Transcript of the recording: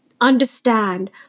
understand